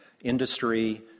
industry